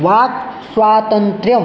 वाक् स्वातन्त्र्यं